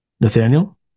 Nathaniel